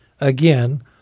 again